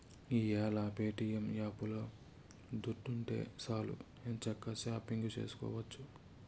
ఈ యేల ప్యేటియం యాపులో దుడ్డుంటే సాలు ఎంచక్కా షాపింగు సేసుకోవచ్చు